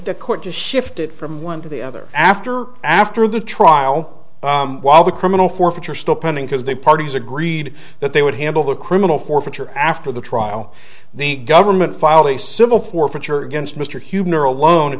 the court just shifted from one to the other after after the trial while the criminal forfeiture still pending because they parties agreed that they would handle the criminal forfeiture after the trial the government filed a civil forfeiture against mr humor alone